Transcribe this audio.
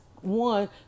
one